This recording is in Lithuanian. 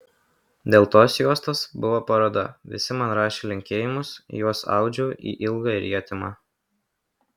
dėl tos juostos buvo paroda visi man rašė linkėjimus juos audžiau į ilgą rietimą